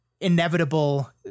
inevitable